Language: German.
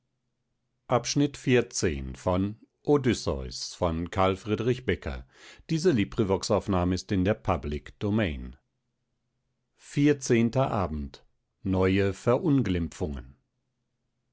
und in der miene